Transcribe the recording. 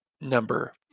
number